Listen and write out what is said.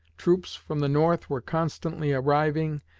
troops from the north were constantly arriving,